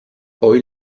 hoy